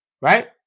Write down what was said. Right